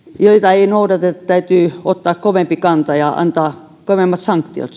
ei noudateta täytyy silloin ottaa kovempi kanta ja antaa kovemmat sanktiot